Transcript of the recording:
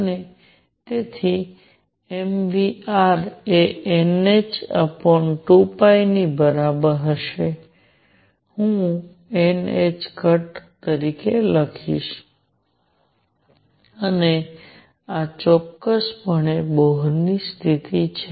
અને તેથી m v r એ nh2π ની બરાબર હશે જે હું nℏ તરીકે લખીશ અને આ ચોક્કસ પણે બોહર સ્થિતિ છે